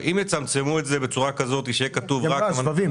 אם יצמצמו את זה בצורה כזאת שיהיה כתוב רק ענפים